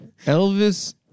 Elvis